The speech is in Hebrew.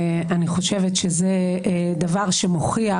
אני חושבת שזה דבר שמוכיח